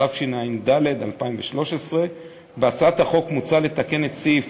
התשע"ד 2013. בהצעת החוק מוצע לתקן את סעיף